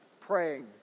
praying